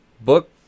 book